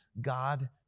God